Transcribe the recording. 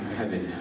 heaven